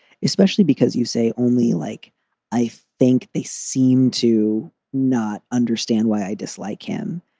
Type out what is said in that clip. especially because you say only like i think they seem to not understand why i dislike him.